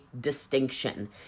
distinction